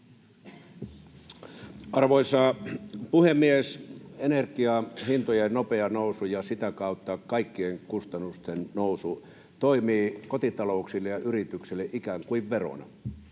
Arvoisa puhemies! Energian hintojen nopea nousu ja sitä kautta kaikkien kustannusten nousu toimii kotitalouksille ja yrityksille ikään kuin verona.